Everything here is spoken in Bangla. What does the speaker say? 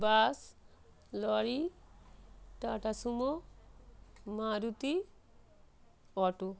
bus lorry Tata Sumo Maruti auto